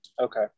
Okay